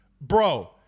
Bro